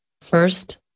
First